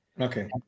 Okay